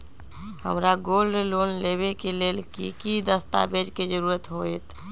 हमरा gold loan लेबे के लेल कि कि दस्ताबेज के जरूरत होयेत?